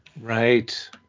Right